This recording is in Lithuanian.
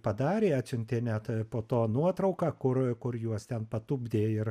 padarė atsiuntė net po to nuotrauką kur kur juos ten patupdė ir